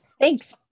thanks